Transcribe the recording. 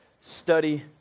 study